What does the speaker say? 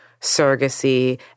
surrogacy